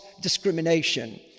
discrimination